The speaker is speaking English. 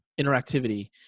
interactivity